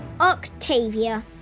Octavia